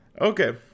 Okay